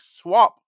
swap